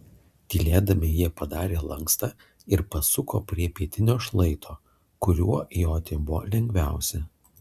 tylėdami jie padarė lankstą ir pasuko prie pietinio šlaito kuriuo joti buvo lengviausia